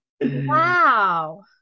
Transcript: Wow